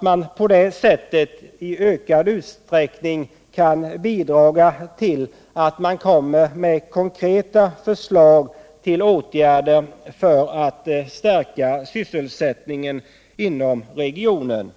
som på det sättet i ökad utsträckning kan bidra till att det förs fram konkreta förslag till åtgärder för att stärka sysselsättningen inom regionen.